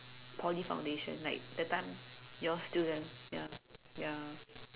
Poly foundation like that time you all still young ya ya